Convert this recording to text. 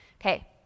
Okay